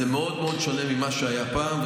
אז זה מאוד שונה ממה שהיה פעם,